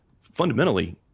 Fundamentally